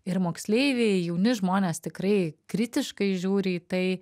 ir moksleiviai jauni žmonės tikrai kritiškai žiūri į tai